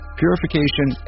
purification